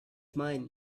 mine